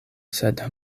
sed